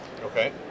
Okay